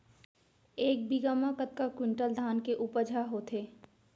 एक बीघा म कतका क्विंटल धान के उपज ह होथे?